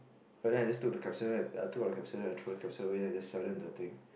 oh then I just took the capsule right I took out the capsule then I throw the capsule away then I just sell them the thing